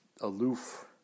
aloof